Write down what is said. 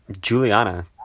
juliana